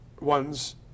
ones